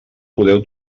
podeu